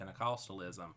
Pentecostalism